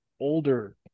older